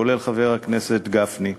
כולל חבר הכנסת גפני,